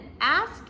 ask